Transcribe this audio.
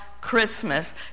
Christmas